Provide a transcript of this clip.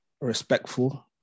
respectful